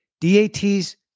DAT's